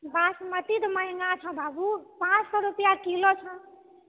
बासमती तऽ महगा छौ बाबु पाँच सए रुपआ किलो छौ